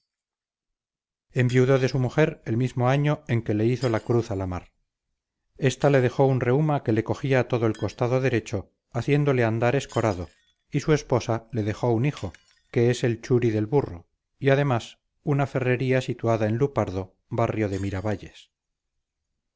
enviudó de su mujer el mismo año en que le hizo la cruz a la mar esta le dejó un reuma que le cogía todo el costado derecho haciéndole andar escorado y su esposa le dejó un hijo que es el churi del burro y además una ferrería situada en lupardo barrio de miravalles